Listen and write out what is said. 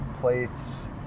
plates